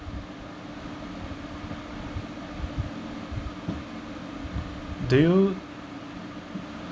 do you